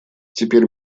теперь